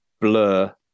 Blur